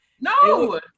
No